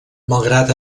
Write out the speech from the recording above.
malgrat